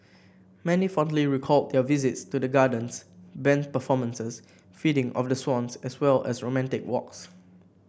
many fondly recalled their visits to the gardens band performances feeding of the swans as well as romantic walks